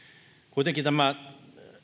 kuitenkin tämä